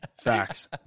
Facts